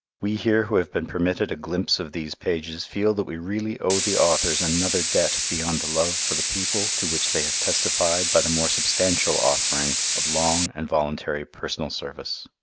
we here who have been permitted a glimpse of these pages feel that we really owe the authors another debt beyond the love for the people to which they have testified by the more substantial offering of long and voluntary personal service.